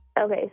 Okay